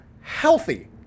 healthy